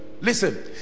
listen